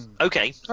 Okay